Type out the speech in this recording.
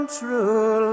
true